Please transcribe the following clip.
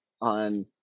on